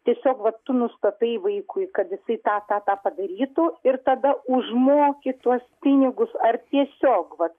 tiesiog va tu nustatai vaikui kad jisai tą tą tą padarytų ir tada užmoki tuos pinigus ar tiesiog vat